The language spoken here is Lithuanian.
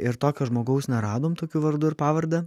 ir tokio žmogaus neradom tokiu vardu ir pavarde